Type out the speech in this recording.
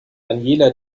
daniela